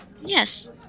Yes